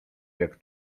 jak